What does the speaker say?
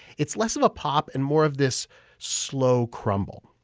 it's less of a pop and more of this slow crumble.